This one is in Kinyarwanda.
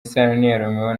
isano